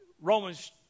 Romans